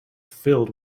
filled